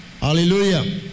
Hallelujah